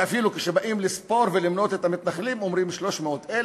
ואפילו כשבאים לספור ולמנות את המתנחלים אומרים: 300,000,